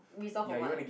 resolve of what